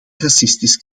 racistisch